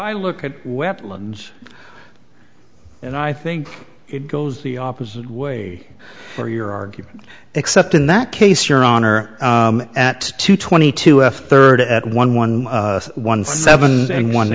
i look at weapons and i think it goes the opposite way for your argument except in that case your honor at two twenty two if third at one one one seven and one